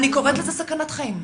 אני קוראת לזה סכנת חיים.